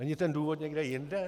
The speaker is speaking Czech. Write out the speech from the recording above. Není ten důvod někde jinde?